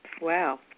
Wow